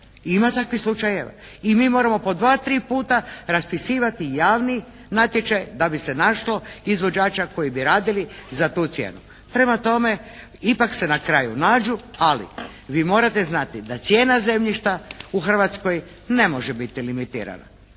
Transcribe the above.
ima takvih slučajeva. I mi moramo po dva, tri puta raspisivati javni natječaj da bi se našlo izvođača koji bi radili za tu cijenu. Prema tome, ipak se na kraju nađu ali vi morate znati da cijena zemljišta u Hrvatskoj ne može biti limitirana